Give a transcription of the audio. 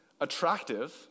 attractive